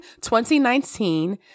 2019